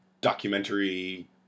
documentary